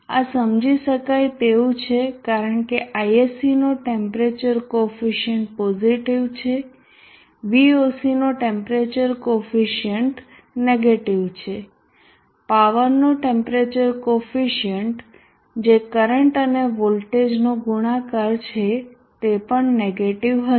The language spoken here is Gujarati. આ સમજી શકાય તેવું છે કારણ કે Isc નો ટેમ્પરેચર કોફિસીયન્ટ પોઝીટીવ છે Voc નો ટેમ્પરેચર કોફિસીયન્ટ નેગેટીવ છે પાવરનો ટેમ્પરેચર કોફિસીયન્ટ જે કરંટ અને વોલ્ટેજનો ગુણાકાર છે તે પણ નેગેટીવ હશે